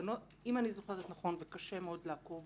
אם אני זוכרת נכון, וקשה מאוד לעקוב